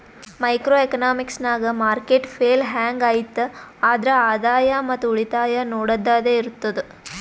micro economics ನಾಗ್ market fail ಹ್ಯಾಂಗ್ ಐಯ್ತ್ ಆದ್ರ ಆದಾಯ ಮತ್ ಉಳಿತಾಯ ನೊಡದ್ದದೆ ಇರ್ತುದ್